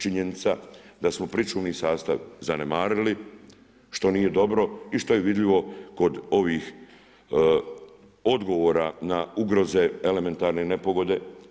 Činjenica da smo pričuvni sastav zanemarili, što nije dobro i što je vidljivo kod ovih odgovorih na ugroze elementarne nepogode.